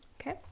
Okay